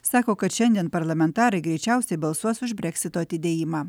sako kad šiandien parlamentarai greičiausiai balsuos už breksito atidėjimą